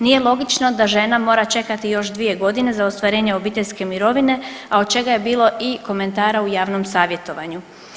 Nije logično da žena mora čekati još 2 godine za ostvarenje obiteljske mirovine, a od čega je bilo i komentara u javnom savjetovanju.